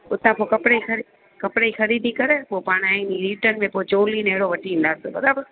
हुतां खां कपिड़े जी ख़रीद कपिड़े जी ख़रीदी करे पोइ पाण आहे न मीटर में चोली न पोइ हेड़ो वठी ईंदासि बराबरि